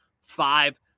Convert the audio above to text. five